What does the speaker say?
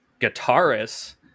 guitarist